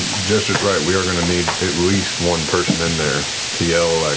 jester's right, we are going to need at least one person in there to yell, like